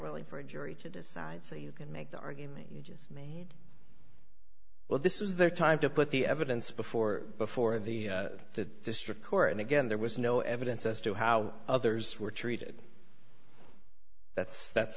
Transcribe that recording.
really for a jury to decide so you can make the argument you just made well this is their time to put the evidence before before the the district court and again there was no evidence as to how others were treated that's that's